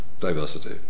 diversity